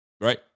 right